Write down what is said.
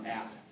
app